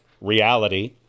reality